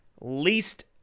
least